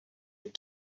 had